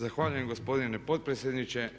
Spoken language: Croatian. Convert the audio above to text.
Zahvaljujem gospodine potpredsjedniče.